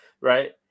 right